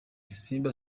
simba